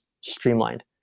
streamlined